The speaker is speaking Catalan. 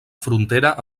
frontera